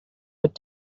would